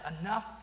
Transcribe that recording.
enough